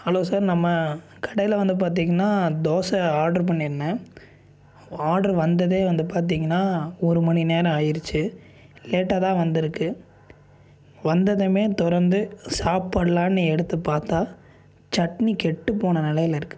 hello sir நம்ம கடையில் வந்து பார்த்திங்கன்னா தோசை ஆர்டர் பண்ணி இருந்தேன் ஆர்டர் வந்ததே வந்து பார்த்திங்கன்னா ஒரு மணிநேரம் ஆயிருச்சு லேட்டாக தான் வந்து இருக்கு வந்ததுமே திறந்து சாப்பிட்லான்னு எடுத்து பார்த்தா சட்னி கெட்டுப் போன நிலையில இருக்கு